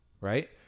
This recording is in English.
Right